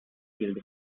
killed